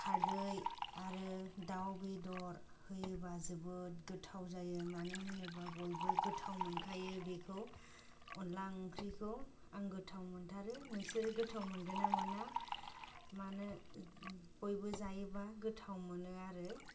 खारदै आरो दाउ बेदर होयोब्ला जोबोद गोथाव जायो मानो होनोब्ला बयबो गोथाव मोनखायो बेखौ अनद्ला ओंख्रिखौ आं गोथाव मोनथारो नोंसोर गोथाव मोनगोन ना मोना मानो बयबो जायोब्ला गोथाव मोनो आरो